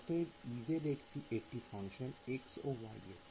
অতএব Ez একটি function x ও y এর